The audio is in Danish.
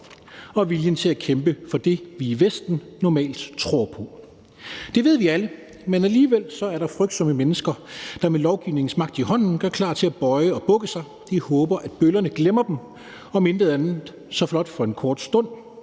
og viljen til at kæmpe for det, vi i Vesten normalt tror på. Det ved vi alle, men alligevel er der frygtsomme mennesker, der med lovgivningsmagt i hånden gør klar til at bøje og bukke sig. De håber, at bøllerne glemmer dem, om ikke andet så blot for en kort stund.